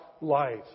life